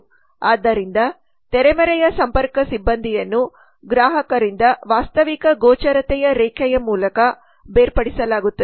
ಆದ್ದರಿಂದ ತೆರೆಮರೆಯ ಸಂಪರ್ಕ ಸಿಬ್ಬಂದಿಯನ್ನು ಗ್ರಾಹಕರಿಂದ ವಾಸ್ತವಿಕ ಗೋಚರತೆಯ ರೇಖೆಯ ಮೂಲಕ ಬೇರ್ಪಡಿಸಲಾಗುತ್ತದೆ